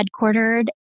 headquartered